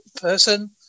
person